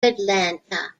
atlanta